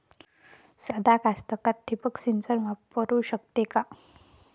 सादा कास्तकार ठिंबक सिंचन वापरू शकते का?